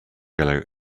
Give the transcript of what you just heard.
yellow